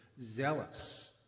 zealous